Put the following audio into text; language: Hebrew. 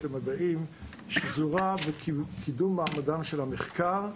למדעים שזורה בקידום מעמדם של המחקר,